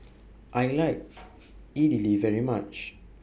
I like Idili very much